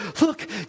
Look